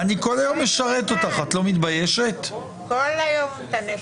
גם כתב אישום לוקח